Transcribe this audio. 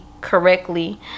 correctly